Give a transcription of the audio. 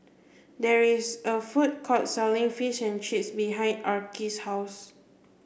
there is a food court selling Fish and Chips behind Arkie's house